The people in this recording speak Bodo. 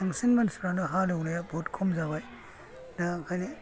बांसिन मानसिफोरानो हालेवनाया बुहुद खम जाबाय दा ओंखायनो